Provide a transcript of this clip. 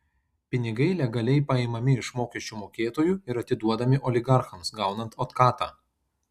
pinigai legaliai paimami iš mokesčių mokėtojų ir atiduodami oligarchams gaunant otkatą